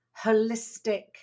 holistic